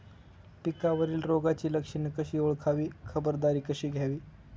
पिकावरील रोगाची लक्षणे कशी ओळखावी, खबरदारी कशी घ्यावी?